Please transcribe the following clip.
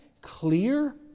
clear